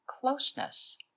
closeness